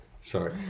Sorry